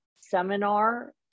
seminar